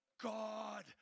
God